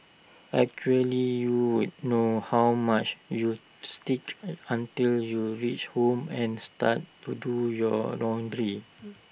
actually you would know how much you stick until you reach home and start to do your laundry